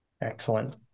Excellent